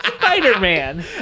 spider-man